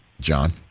John